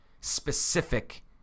specific